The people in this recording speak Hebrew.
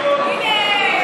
גפני.